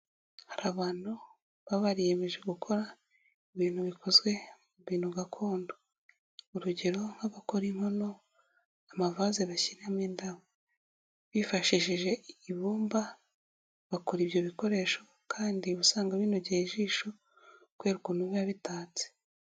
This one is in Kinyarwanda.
Hari abantu babariyeyemeje gukora ibintu bikozwe mu bintu gakondo, urugero nk'abakora inkono, amavase bashyiramo indabo bifashishije ibumba, bakora ibyo bikoresho kandi usanga binogeye ijisho kubera ukuntu biba bitatse.